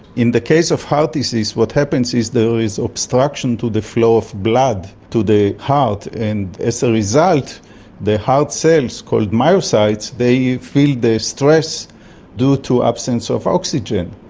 in the case of heart disease, what happens is there is obstruction to the flow of blood to the heart, and as a result the heart cells called myocytes, they feel their stress due to absence of oxygen.